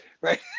Right